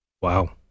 wow